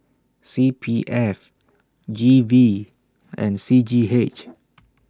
C P F G V and C G H